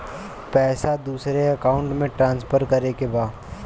पैसा दूसरे अकाउंट में ट्रांसफर करें के बा?